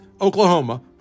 Oklahoma